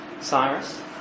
Cyrus